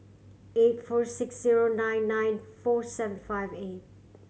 eight four six zero nine nine four seven five eight